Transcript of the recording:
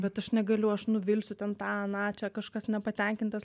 bet aš negaliu aš nuvilsiu ten tą aną čia kažkas nepatenkintas